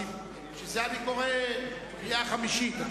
בשביל זה אני קורא קריאה חמישית.